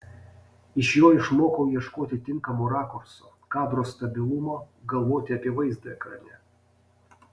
iš jo išmokau ieškoti tinkamo rakurso kadro stabilumo galvoti apie vaizdą ekrane